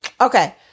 Okay